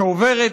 שעוברת,